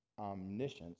omniscience